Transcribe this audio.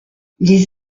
les